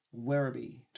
Werribee